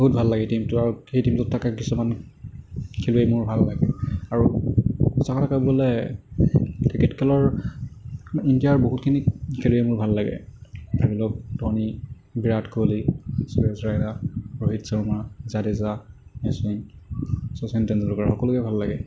বহুত ভাল লাগে সেই টীমটো অৰু সেই টীমটোত থকা কিছুমান খেলুৱৈ মোৰ ভাল লাগে আৰু সঁচা কথা ক'ব গ'লে ক্ৰিকেট খেলৰ ইণ্ডিয়াৰ বহুতখিনি খেলুৱৈ মোৰ ভাল লাগে ধৰক ধোনী বিৰাট কহলি সুৰেশ ৰাইনা ৰোহিত শৰ্মা জাদেজা শচীন শচীন তেণ্ডুলকাৰ সকলোকে ভাল লাগে